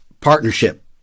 partnership